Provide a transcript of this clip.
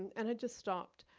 and it just stopped.